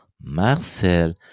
Marcel